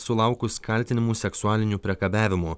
sulaukus kaltinimų seksualiniu priekabiavimu